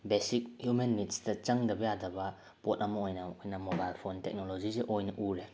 basic human ꯅꯤꯠꯁꯇ ꯆꯪꯗꯕ ꯌꯥꯗꯕ ꯄꯣꯠ ꯑꯃ ꯑꯣꯏꯅ ꯑꯩꯈꯣꯏꯅ ꯃꯣꯕꯥꯏꯜ ꯐꯣꯟ ꯇꯦꯛꯅꯣꯂꯣꯖꯤꯁꯦ ꯑꯣꯏꯅ ꯎꯔꯦ